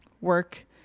work